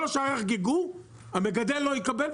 כל השאר יחגגו, המגדל לא יקבל.